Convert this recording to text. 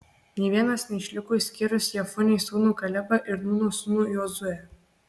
nė vienas neišliko išskyrus jefunės sūnų kalebą ir nūno sūnų jozuę